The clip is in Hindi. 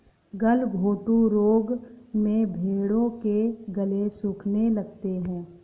गलघोंटू रोग में भेंड़ों के गले सूखने लगते हैं